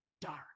dark